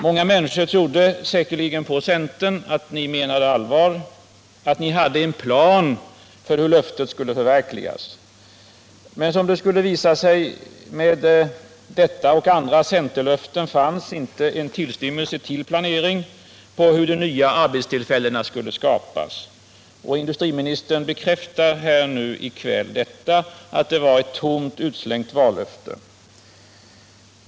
Många människor trodde säkerligen att centern menade allvar och hade en plan för hur löftet skulle förverkligas. Men som det skulle visa sig, i fråga om detta och andra centerlöften: det fanns inte en tillstymmelse till planering för hur de nya arbetstillfällena skulle skapas. Och industriministern bekräftar i kväll att det var ett tomt utslängt vallöfte.